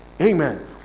Amen